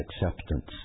acceptance